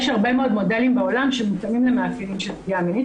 יש הרבה מאוד מודלים בעולם שמותאמים למאפיינים של פגיעה מינית